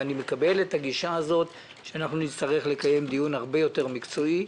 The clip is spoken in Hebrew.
ואני מקבל את הגישה שאנחנו נצטרך לקיים דיון הרבה יותר מקצועי,